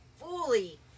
fully